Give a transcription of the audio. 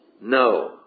No